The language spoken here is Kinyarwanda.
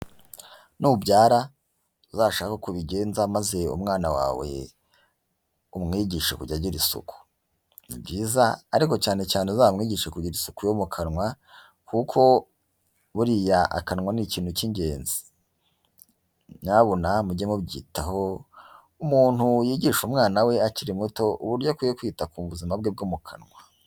Nubyara, uzashake uko ubigenza maze umwana wawe umwigishe kujya agira isuku. Ni byiza, ariko cyane cyane uzamwigishe kugira isuku yo mu kanwa, kuko buriya akanwa ni ikintu cy'ingenzi. Nyabuna mujye mubyitaho, umuntu yigishe umwana we akiri muto uburyo akwiye kwita ku buzima bwe bwo mu kanwa.